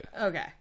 okay